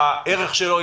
הערך שלו,